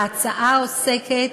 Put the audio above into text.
ההצעה עוסקת